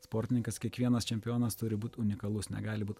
sportininkas kiekvienas čempionas turi būt unikalus negali būt